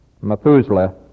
Methuselah